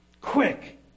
Quick